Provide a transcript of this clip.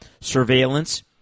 surveillance